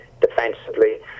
defensively